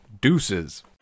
Deuces